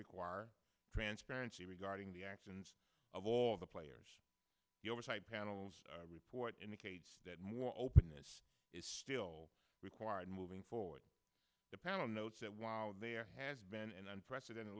require transparency regarding the actions of all the players the oversight panel's report indicates that more openness is still required moving forward the panel notes that while there has been an unprecedented